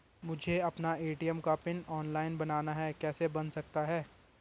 मुझे अपना ए.टी.एम का पिन ऑनलाइन बनाना है कैसे बन सकता है?